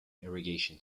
irrigation